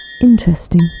Interesting